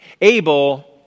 Abel